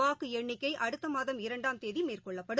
வாக்குஎண்ணிக்கைஅடுத்தமாதம் இரண்டாம் தேதிமேற்கொள்ளப்படும்